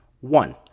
one